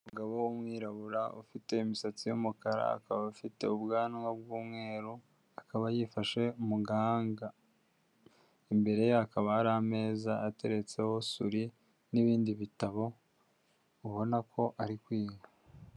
Umugabo w'umwirabura ufite imisatsi y'umukara akaba afite ubwanwa bw'umweru, akaba yifashe mu gahanga, imbere ye hakaba hari ameza ateretseho suri n'ibindi bitabo, ubona ko ari kwiga.